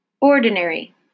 Ordinary